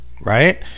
right